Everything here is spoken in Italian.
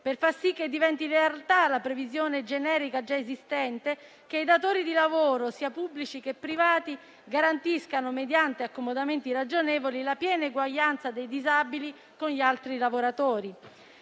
per far sì che diventi realtà la previsione generica già esistente che i datori di lavoro, sia pubblici che privati, garantiscano, mediante accomodamenti ragionevoli, la piena eguaglianza dei disabili agli altri lavoratori.